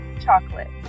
chocolate